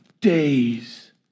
days